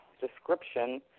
description